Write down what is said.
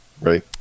Right